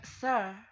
sir